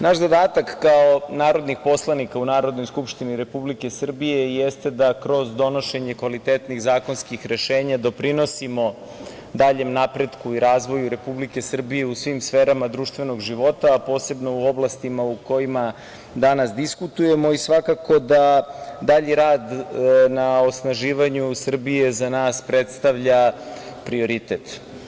Naš zadatak, kao narodnih poslanika u Narodnoj skupštini Republike Srbije, jeste da kroz donošenje kvalitetnih zakonskih rešenja, doprinosimo daljem napretku i razvoju Republike Srbije u svim sferama društvenog života, a posebno u oblastima u kojima danas diskutujemo i svakako da dalji rad na osnaživanju Srbije, za nas predstavlja prioritet.